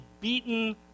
beaten